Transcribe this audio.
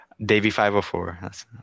Davey504